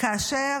כאשר